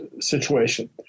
situation